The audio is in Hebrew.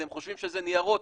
אתם חושבים שזה ניירות,